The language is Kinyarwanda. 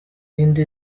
kandi